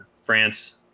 France